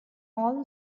all